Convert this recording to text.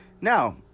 Now